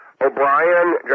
O'Brien